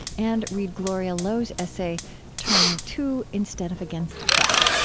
and read gloria lowe's essay turning to instead of against each other.